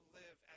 live